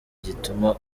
gituma